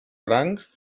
francs